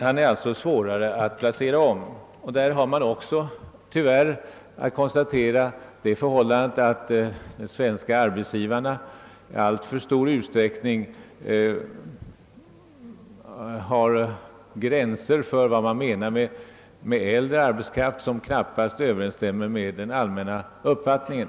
Han är alltså i regel svårare att omplacera än andra arbetstagare. Man har också, tyvärr, kunnat konstatera det förhållandet att de svenska arbetsgivarna i alltför stor utsträckning har satt gränser för vad de menar med äldre arbetskraft som knappast överensstämmer med den allmänna uppfattningen.